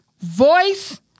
voice